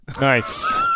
Nice